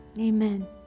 Amen